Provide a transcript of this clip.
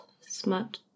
Smut